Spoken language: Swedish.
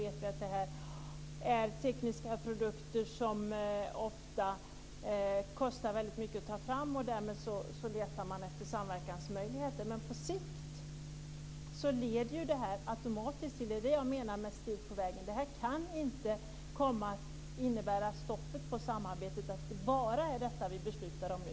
Dessutom vet vi att detta är tekniska produkter som ofta kostar mycket att ta fram, och att man därmed letar efter samverkansmöjligheter. Jag talade om steg på vägen. Detta kan inte komma att innebära stoppet för samarbetet - att det bara är detta vi beslutar om nu.